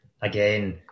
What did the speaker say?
again